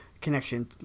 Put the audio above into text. connection